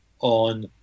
on